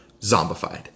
Zombified